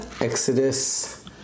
Exodus